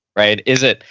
right? is it,